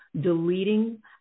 deleting